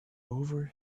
over